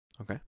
Okay